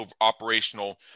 operational